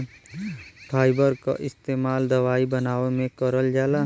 fibre क इस्तेमाल दवाई बनावे में करल जाला